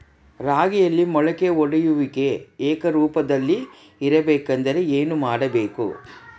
ರಾಗಿಯಲ್ಲಿ ಮೊಳಕೆ ಒಡೆಯುವಿಕೆ ಏಕರೂಪದಲ್ಲಿ ಇರಬೇಕೆಂದರೆ ಏನು ಮಾಡಬೇಕು?